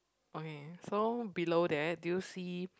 okay so below there do you see